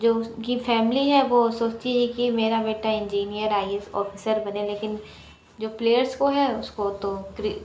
जो उनकी फैमिली है वो सोचती है कि मेरा बेटा engineer I A S officer बने लेकिन जो प्लेयर्स को है उसको तो